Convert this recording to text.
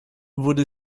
wurde